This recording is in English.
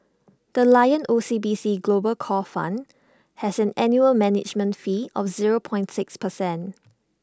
the lion O C B C global core fund has an annual management fee of zero point six percent